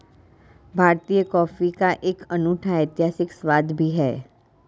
भारतीय कॉफी का एक अनूठा ऐतिहासिक स्वाद भी है